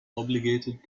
obligated